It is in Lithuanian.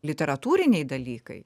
literatūriniai dalykai